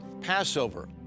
Passover